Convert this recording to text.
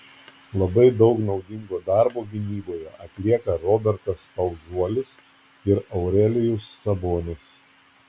labai daug naudingo darbo gynyboje atlieka robertas paužuolis ir aurelijus sabonis